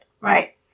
right